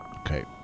Okay